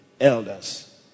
elders